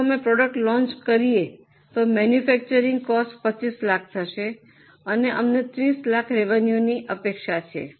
જો અમે product launch કરીએ તો મૈન્યફૈક્ચરિંગ કોસ્ટ 25 લાખ થશે અને અમને 30 લાખ રેવન્યૂની અપેક્ષા છે